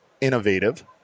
innovative